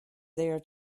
there